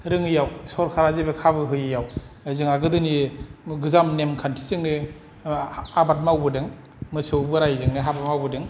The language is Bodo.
रोङिआव सरखारा जेबो खाबु होयिआव जोंहा गोदोनि गोजाम नेमखान्थजोंनो आबाद मावबोदों मोसौ बोराइजोंनो आबाद मावबोदों